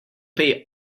pay